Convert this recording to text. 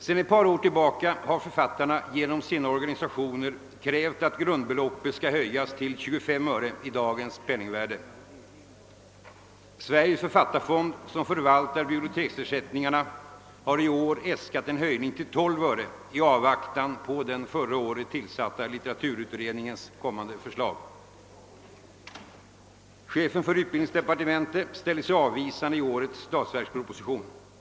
Sedan ett par år tillbaka har författarna genom sina organisationer krävt att grundbeloppet skall höjas till 25 öre i dagens penningvärde. Sveriges författarfond, som förvaltar biblioteksersättningarna, har i år äskat en höjning till 12 öre i avvaktan på den förra året tillsatta litteraturutredningens kommande förslag. Chefen för utbildningsdepartementet ställer sig avvisande i årets statsverksproposition.